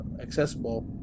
accessible